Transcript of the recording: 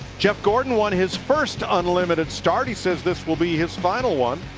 jeff gordon won his first unlimited start. he says this will be his final one.